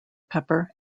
pepper